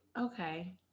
Okay